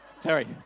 Terry